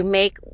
make